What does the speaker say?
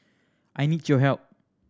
I need your help